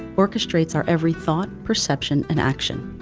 orchestrates our every thought, perception, and action.